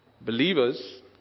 believers